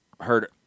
heard